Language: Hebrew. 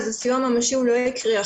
אז סיוע ממשי לא יקרה.